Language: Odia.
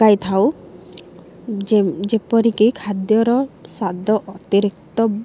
ପକାଇଥାଉ ଯେ ଯେପରିକି ଖାଦ୍ୟର ସ୍ୱାଦ ଅତିରିକ୍ତ